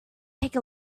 take